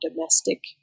domestic